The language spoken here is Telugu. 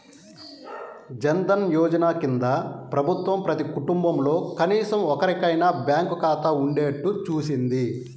జన్ ధన్ యోజన కింద ప్రభుత్వం ప్రతి కుటుంబంలో కనీసం ఒక్కరికైనా బ్యాంకు ఖాతా ఉండేట్టు చూసింది